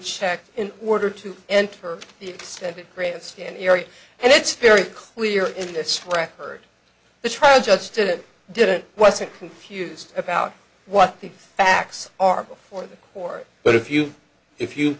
checked in order to enter the extended grandstand area and it's very clear in this record the trial judge didn't didn't wasn't confused about what the facts are before the court but if you if you've